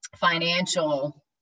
financial